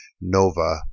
Nova